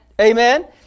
Amen